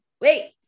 wait